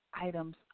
items